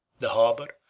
the harbor,